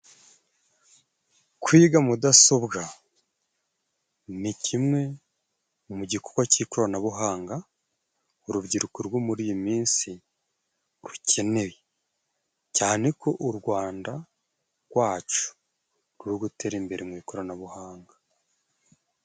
Kwiga mudasobwa ni kimwe mu gikorwa cy'ikoranabuhanga urubyiruko rwo muri iyi minsi rukeneye cyane ko u Rwanda gwacu ruri gutera imbere mu ikoranabuhanga.